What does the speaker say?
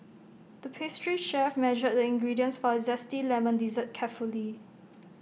the pastry chef measured the ingredients for A Zesty Lemon Dessert carefully